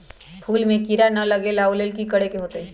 फूल में किरा ना लगे ओ लेल कि करे के होतई?